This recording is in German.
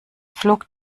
flog